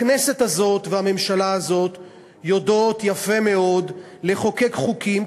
הכנסת הזאת והממשלה הזאת יודעות יפה מאוד לחוקק חוקים,